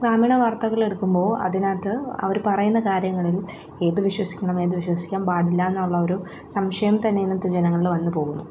ഗ്രാമീണ വാർത്തകൾ എടുക്കുമ്പോൾ അതിനകത്ത് അവർ പറയുന്ന കാര്യങ്ങളിൽ ഏത് വിശ്വസിക്കണം ഏത് വിശ്വസിക്കാൻ പാടില്ല എന്നുള്ള ഒരു സംശയം തന്നെ ഇന്നത്തെ ജനങ്ങളിൽ വന്നുപോകുന്നു